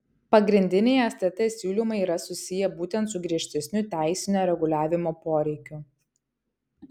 pagrindiniai stt siūlymai yra susiję būtent su griežtesniu teisinio reguliavimo poreikiu